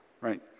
right